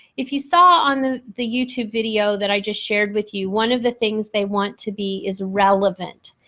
if you saw on the the youtube video that i just shared with you one of the things they want to be is relevant.